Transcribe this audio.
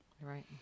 right